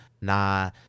nah